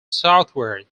southward